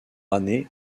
année